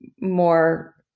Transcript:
more